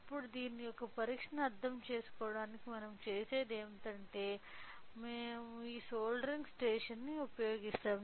ఇప్పుడు దీని యొక్క పరీక్షను అర్థం చేసుకోవడానికి మనం చేసేది ఏమిటంటే మేము ఈ సోల్డరింగ్ స్టేషన్ను ఉపయోగిస్తాము